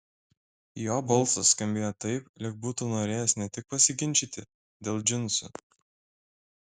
jo balsas skambėjo taip lyg būtų norėjęs ne tik pasiginčyti dėl džinsų